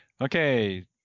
Okay